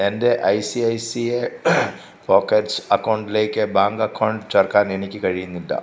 എൻ്റെ I C I C A pockets അക്കൗണ്ടിലേക്ക് bank account ചേർക്കാൻ എനിക്ക് കഴിയുന്നില്ല